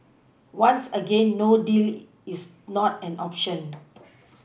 once again no deal is not an option